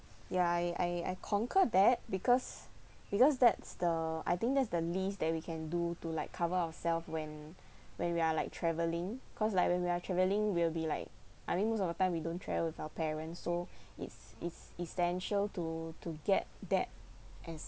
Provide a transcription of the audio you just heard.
ya I I I concur that because because that's the I think that's the least that we can do to like cover ourself when when we are like travelling cause like when we are travelling we'll be like I mean most of the time we don't travel with our parents so it's it's essential to to get that as